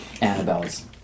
Annabelle's